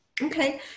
Okay